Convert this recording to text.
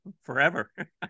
Forever